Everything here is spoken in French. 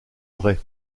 vrai